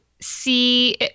see